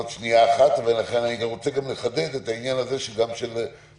אני רוצה גם לחדד את העניין הזה של התאריך,